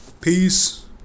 peace